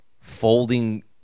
folding